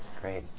Great